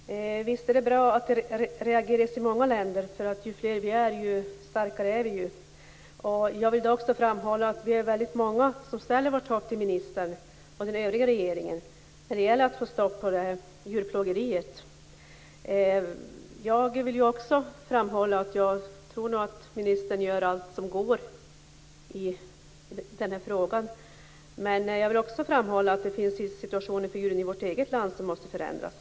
Fru talman! Visst är det bra att det reageras i många länder. Ju fler vi är, desto starkare är vi. Jag vill också framhålla att vi är väldigt många som ställer vårt hopp till ministern och den övriga regeringen när det gäller att få stopp på djurplågeriet. Jag vill framhålla att jag tror att ministern gör allt som går att göra i den här frågan. Men jag vill också framhålla att det finns situationer för djuren i vårt eget land som måste förändras.